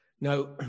Now